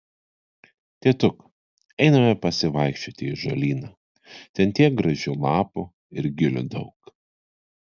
tėtuk einame pasivaikščioti į ąžuolyną ten tiek gražių lapų ir gilių daug